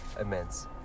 immense